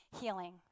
healing